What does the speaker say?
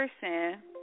person